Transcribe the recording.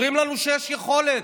אומרים לנו שיש יכולת,